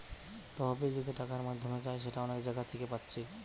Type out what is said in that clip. তহবিল যদি টাকার মাধ্যমে চাই সেটা অনেক জাগা থিকে পাচ্ছি